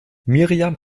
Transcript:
miriam